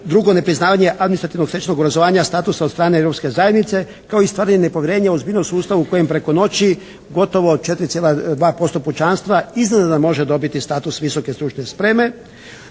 drugo nepriznavanje administrativnog stečenog obrazovanja statusa od strane europske zajednice kao i stvaranje nepovjerenja o zbirnom sustavu kojem preko noći gotovo 4,2% pučanstva iznenada može dobiti status visoke stručne spreme.